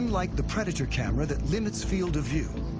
like the predator camera that limits field of view,